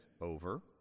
over